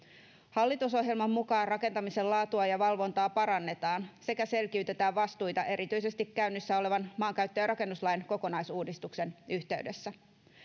hallitusohjelman mukaan rakentamisen laatua ja valvontaa parannetaan sekä selkiytetään vastuita erityisesti käynnissä olevan maankäyttö ja rakennuslain kokonaisuudistuksen yhteydessä